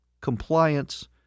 Compliance